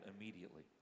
immediately